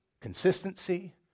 consistency